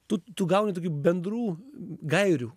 tu tu gauni tokių bendrų gairių